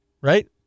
Right